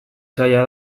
zaila